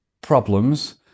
problems